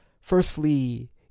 Firstly